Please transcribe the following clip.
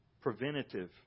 preventative